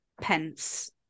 pence